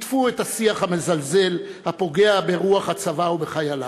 הדפו את השיח המזלזל הפוגע ברוח הצבא ובחייליו.